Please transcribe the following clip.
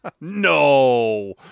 No